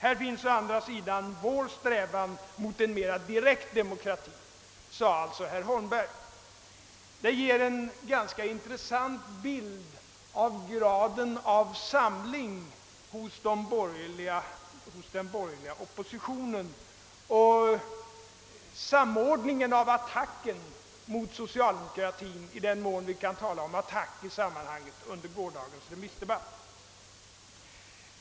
Här finns å andra sidan vår strävan mot en mera direkt demokrati.» Det ger en ganska intressant bild av graden av samling hos den borgerliga oppositionen och samordningen av attacken mot socialdemokratin i den mån vi kan tala om attack i det sammanhanget under gårdagens remissdebatt.